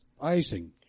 icing